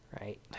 Right